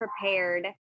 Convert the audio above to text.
prepared